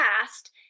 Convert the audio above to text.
past